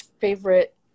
favorite